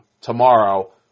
tomorrow